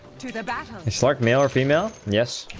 to to but start male or female guest,